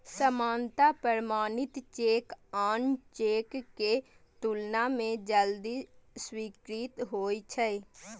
सामान्यतः प्रमाणित चेक आन चेक के तुलना मे जल्दी स्वीकृत होइ छै